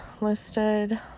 listed